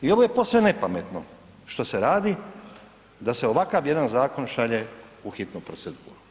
I ovo je posve nepametno što se radi da se ovakav jedan zakon šalje u hitnu proceduru.